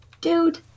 dude